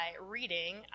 reading